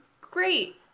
great